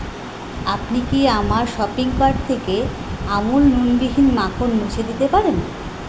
আপনি কি আমার শপিং কার্ট থেকে আমুল নুনবিহীন মাখন মুছে দিতে পারেন